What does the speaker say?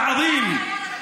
האסלאמית.